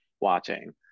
watching